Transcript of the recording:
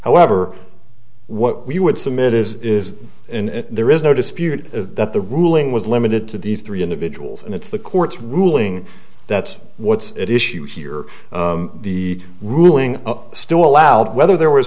however what we would submit is is in there is no dispute is that the ruling was limited to these three individuals and it's the court's ruling that's what's at issue here the ruling still allowed whether there was